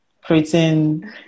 creating